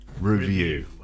Review